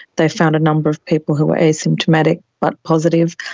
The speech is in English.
they found a number of people who were asymptomatic but positive.